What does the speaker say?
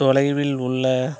தொலைவில் உள்ள